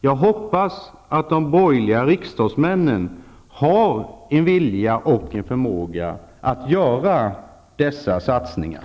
Jag hoppas att de borgerliga riksdagsledamöterna har vilja och förmåga att stödja dessa satsningar.